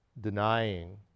denying